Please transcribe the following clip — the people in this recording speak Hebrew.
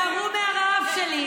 "אבל היזהר, היזהר מהרעב שלי,